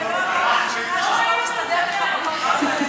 זו לא הפעם הראשונה שזה לא מסתדר לך פחות טוב,